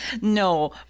No